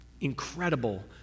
incredible